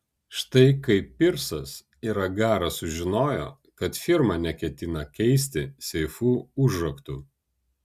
štai kaip pirsas ir agaras sužinojo kad firma neketina keisti seifų užraktų